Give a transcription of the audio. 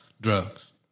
drugs